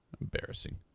Embarrassing